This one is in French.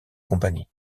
compagnie